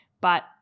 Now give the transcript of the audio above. but-